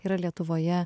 yra lietuvoje